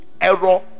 error